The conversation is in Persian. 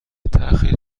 تأخیر